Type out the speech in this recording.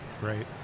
great